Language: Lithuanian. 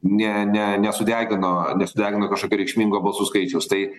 ne ne nesudegino nesudegino kažkokio reikšmingo balsų skaičiaus tai